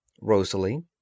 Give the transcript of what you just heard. Rosalie